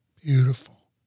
beautiful